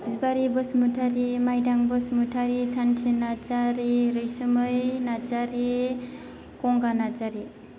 Bibari Basumatary Maidang Basumatary Santhi Narzary Raisumai Narzary Ganga Narzary